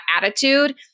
attitude